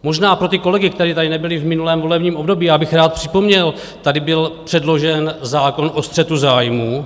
Možná pro ty kolegy, kteří tady nebyli v minulém volebním období, bych rád připomněl, tady byl předložen zákon o střetu zájmů.